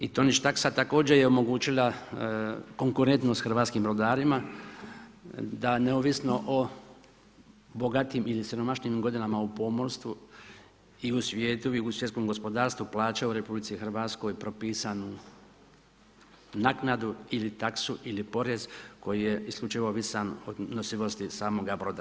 I tonić taksa također je omogućila konkurentnost hrvatskim brodarima da neovisno o bogatim ili siromašnim godinama u pomorstvu i u svijetu i u svjetskom gospodarstvu plaćaju u RH propisanu naknadu ili taksu ili porez koji je isključivo ovisan o nosivosti samoga broda.